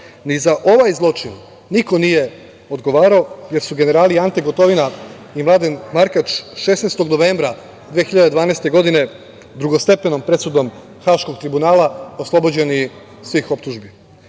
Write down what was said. Ni za ovaj zločin niko nije odgovarao, jer su generali Ante Gotovina i Mladen Markač 16. novembra 2012. godine drugostepenom presudom Haškog tribunala oslobođeni svih optužbi.U